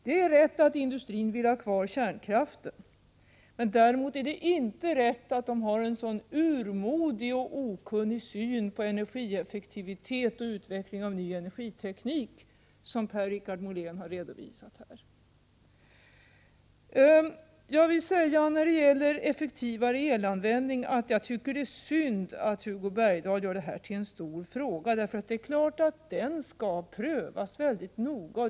Det är rätt att industrin vill ha kvar kärnkraften. Däremot är det inte rätt att påstå att de har en så urmodig och okunnig syn på energieffektiviteten och utvecklingen av ny energiteknik som Per-Richard Molén här redovisade. När det gäller en effektivare elanvändning vill jag framhålla att jag tycker det är synd att Hugo Bergdahl gör detta till en stor fråga. Det är emellertid klart att den skall prövas väldigt noga.